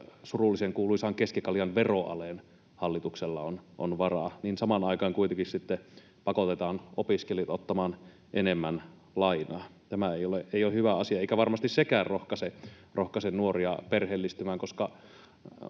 surullisen kuuluisaan keskikaljan veroaleen. Samaan aikaan kuitenkin pakotetaan opiskelijat ottamaan enemmän lainaa. Tämä ei ole hyvä asia. Eikä varmasti sekään rohkaise nuoria perheellistymään,